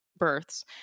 Births